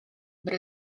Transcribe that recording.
but